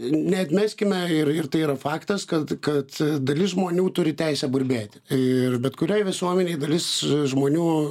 neatmeskime ir ir tai yra faktas kad kad dalis žmonių turi teisę burbėti ir bet kuriai visuomenei dalis žmonių